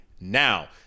now